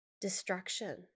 destruction